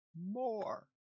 more